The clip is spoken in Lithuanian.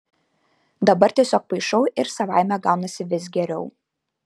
dabar tiesiog paišau ir savaime gaunasi vis geriau